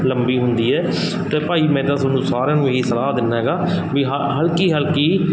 ਲੰਬੀ ਹੁੰਦੀ ਹੈ ਅਤੇ ਭਾਈ ਮੈਂ ਤਾਂ ਤੁਹਾਨੂੰ ਸਾਰਿਆਂ ਨੂੰ ਇਹੀ ਸਲਾਹ ਦਿੰਦਾ ਹੈਗਾ ਵੀ ਹਲਕੀ ਹਲਕੀ